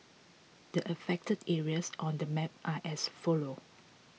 the affected areas on the map are as follow